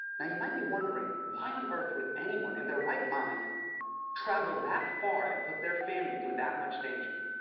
now, you might be wondering, why on earth would anyone in their right mind travel that far and put their family through that much danger?